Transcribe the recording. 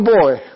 boy